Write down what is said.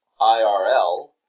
IRL